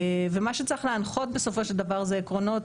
מה שצריך להנחות בסופו של דבר זה עקרונות,